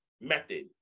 method